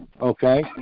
okay